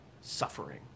suffering